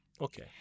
Okay